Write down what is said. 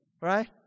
right